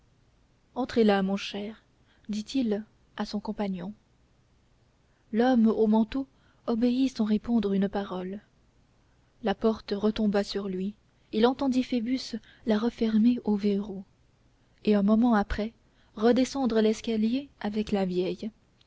entrez là mon cher dit-il à son compagnon l'homme au manteau obéit sans répondre une parole la porte retomba sur lui il entendit phoebus la refermer au verrou et un moment après redescendre l'escalier avec la vieille